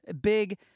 big